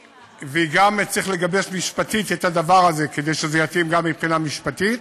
וגם צריך לגבש משפטית את הדבר הזה כדי שזה יתאים גם מבחינה משפטית,